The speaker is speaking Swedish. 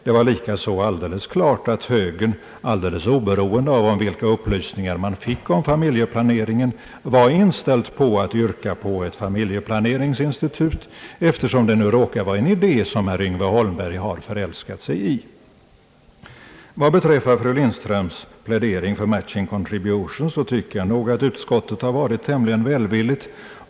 Det var likaså alldeles klart att högern helt oberoende av vilka upplysningar man fick om familjeplaneringen var inställd på att yrka på ett familjeplaneringsinstitut, eftersom det nu råkade vara en idé, som herr Yngve Holmberg har förälskat sig i. Vad beträffar fru Lindströms plädering för matching contributions tycker jag nog, att utskottet har varit tämligen välvilligt.